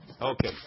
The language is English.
Okay